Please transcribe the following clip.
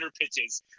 pitches